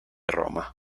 roma